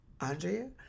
Andrea